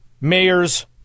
mayor's